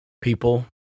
people